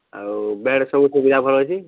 ଆଉ ବେଡ଼୍ ସବୁ ସୁବିଧା ଭଲ ଅଛି